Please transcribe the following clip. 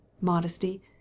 MODESTY